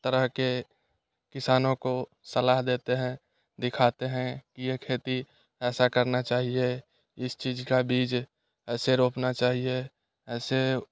तरह के किसानों को सलाह देते हैं दिखाते हैं कि यह खेती ऐसा करना चाहिए इस चीज का बीज ऐसे रोपना चाहिए ऐसे